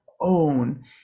own